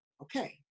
okay